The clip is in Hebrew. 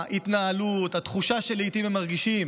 ההתנהלות, התחושה שלעיתים הם מרגישים